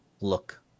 look